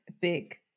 big